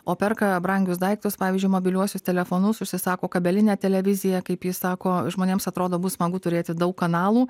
o perka brangius daiktus pavyzdžiui mobiliuosius telefonus užsisako kabelinę televiziją kaip jis sako žmonėms atrodo bus smagu turėti daug kanalų